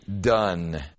done